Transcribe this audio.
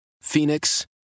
Phoenix